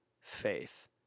faith